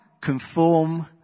conform